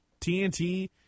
TNT